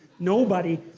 nobody.